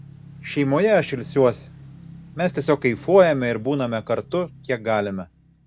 šeimoje aš ilsiuosi mes tiesiog kaifuojame ir būname kartu kiek galime